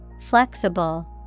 Flexible